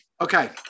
okay